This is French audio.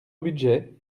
budget